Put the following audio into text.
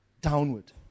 downward